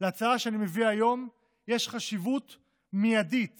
להצעה שאני מביא היום יש חשיבות מיידית